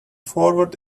forward